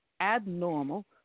abnormal